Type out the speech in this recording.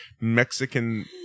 Mexican